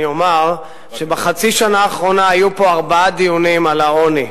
אני אומר שבחצי השנה האחרונה היו פה ארבעה דיונים על העוני,